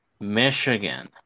Michigan